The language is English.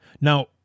now